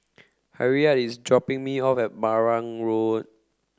Harriette is dropping me off at Marang Road